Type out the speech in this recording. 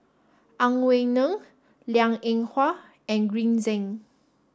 Ang Wei Neng Liang Eng Hwa and Green Zeng